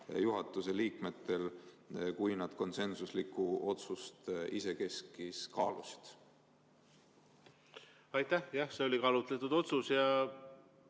juhatuse liikmetel, kui nad konsensuslikku otsust isekeskis kaalusid? Aitäh! Jah, see oli kaalutletud otsus ja